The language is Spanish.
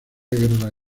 guerra